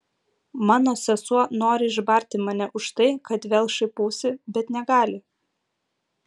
mano sesuo nori išbarti mane už tai kad vėl šaipausi bet negali